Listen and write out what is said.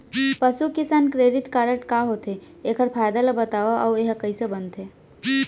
पसु किसान credit card का होथे, एखर फायदा ला बतावव अऊ एहा कइसे बनथे?